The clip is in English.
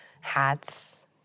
hats